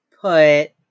put